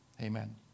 Amen